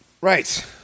Right